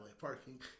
parking